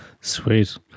Sweet